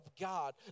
God